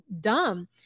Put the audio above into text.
dumb